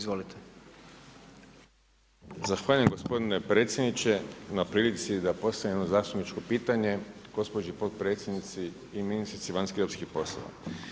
Zahvaljujem gospodine predsjedniče na prilici da postavim jedno zastupničko pitanje gospođi potpredsjednici i ministrici vanjskih i europskih poslova.